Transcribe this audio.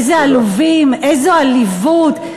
איזה עלובים, איזה עליבות.